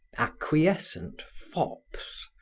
acquiescent fops,